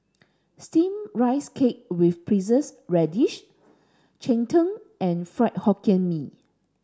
steamed rice cake with preserved radish Cheng Tng and Fried Hokkien Mee